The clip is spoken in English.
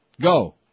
go